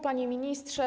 Panie Ministrze!